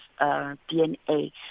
DNA